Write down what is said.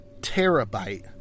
terabyte